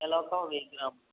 యలక వెయ్యి గ్రాములు